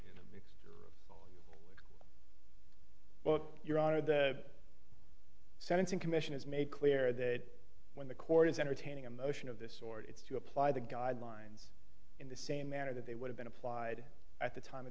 to well your honor the sentencing commission has made clear that when the court is entertaining a motion of this sort it's to apply the guidelines in the same manner that they would have been applied at the time of